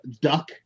duck